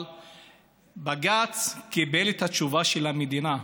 אבל בג"ץ קיבל את התשובה של המדינה,